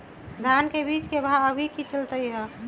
धान के बीज के भाव अभी की चलतई हई?